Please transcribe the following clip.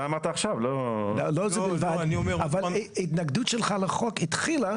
אתה אמרת עכשיו -- אבל ההתנגדות שלך לחוק התחילה